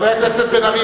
חבר הכנסת בן-ארי,